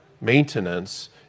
maintenance